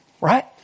right